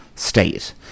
State